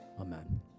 Amen